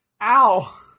Ow